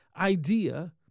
idea